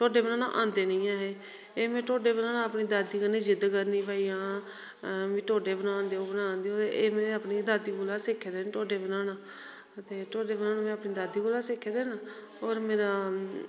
ढोडे बनाने आंदे नेईं ऐ में ढोडे बनाना अपनी दादी कन्नै जिद्ध करनी भाई मिं ढोडे बनान देओ ते एह् में अपनी दादी कोला सिक्खे दे ना ढोडे बनाना ते ढोडे बनाना में अपनी दादी कोला सिक्खे दे ना और मेरा